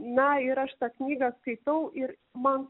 na ir aš tą knygą skaitau ir man